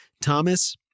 Thomas